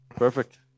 Perfect